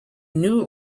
knew